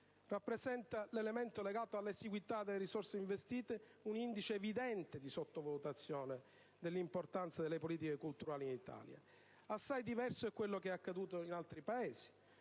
di qualità. L'elemento legato alla esiguità delle risorse investite rappresenta un indice evidente di sottovalutazione dell'importanza delle politiche culturali in Italia. Assai diverso quello che è accaduto in altri Paesi: